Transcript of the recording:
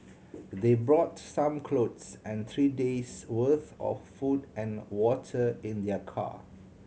they brought some clothes and three days' worth of food and water in their car